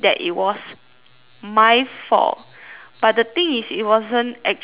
my fault but the thing is it wasn't actually just